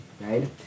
right